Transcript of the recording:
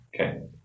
Okay